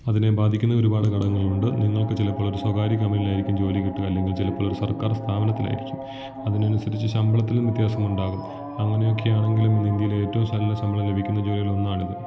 അതിനെ ബാധിക്കുന്ന ഒരുപാട് ഘടകങ്ങൾ ഉണ്ട് നിങ്ങൾക്ക് ചിലപ്പോൾ ഒരു സ്വകാര്യ കമ്പനിയിലായിക്കും ജോലി കിട്ടുക അല്ലെങ്കിൽ ചിലപ്പോൾ ഒരു സർക്കാർ സ്ഥാപനത്തിലായിരിക്കും അതിനനുസരിച്ച് ശമ്പളത്തിലും വ്യത്യാസമുണ്ടാകും അങ്ങനെയൊക്കെയാണെങ്കിലും ഇൻഡ്യയിൽ ഏറ്റവും നല്ല ശമ്പളം ലഭിക്കുന്ന ജോലികളിൽ ഒന്നാണിത്